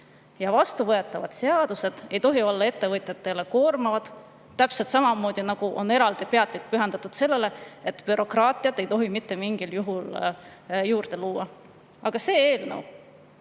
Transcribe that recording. ja vastuvõetavad seadused ei tohi olla ettevõtjatele koormavad. Täpselt samamoodi on eraldi peatükk pühendatud sellele, et bürokraatiat ei tohi mitte mingil juhul juurde luua. Aga see eelnõu,